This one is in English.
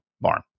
barn